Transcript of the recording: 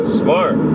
smart